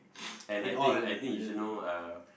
and I think I think you should know uh